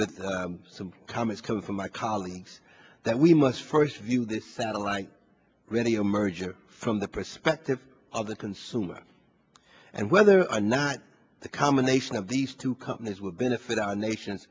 with some comments coming from my colleagues that we must first view this satellite radio merger from the perspective of the consumer and whether or not the combination of these two companies will benefit our nation